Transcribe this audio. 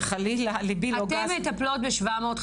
חלילה, ליבי לא גס --- אתן מטפלות ב-750.